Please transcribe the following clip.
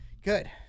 Good